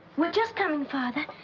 we're just coming, father.